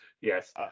yes